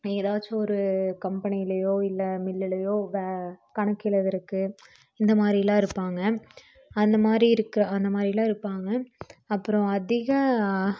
இப்போ ஏதாச்சும் ஒரு கம்பெனிலேயோ இல்லை மில்லுலேயோ கணக்கு எழுதுறதுக்கு இந்த மாதிரிலாம் இருப்பாங்க அந்த மாதிரி இருக்கிற அந்த மாதிரிலாம் இருப்பாங்க அப்புறம் அதிகம்